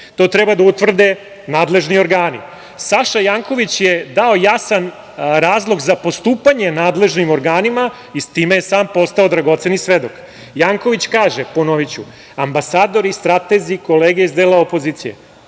to treba da utvrde nadležni organi. Saša Janković je dao jasan razlog za postupanje nadležnim organima i s time je sam postao dragoceni svedok. Janković kaže, ponoviću – ambasadori, stratezi i kolege iz dela opozicije.